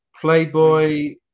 playboy